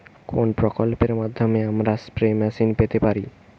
কোন প্রকল্পের মাধ্যমে আমরা স্প্রে মেশিন পেতে পারি?